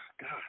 God